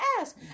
ask